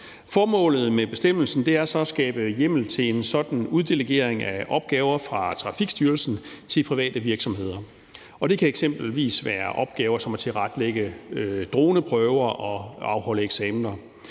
Formålet med bestemmelsen er at skabe hjemmel til en sådan uddelegering af opgaver fra Trafikstyrelsen til private virksomheder. Det kan eksempelvis være opgaver som at tilrettelægge droneprøver og afholde eksamener.